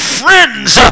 friends